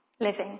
living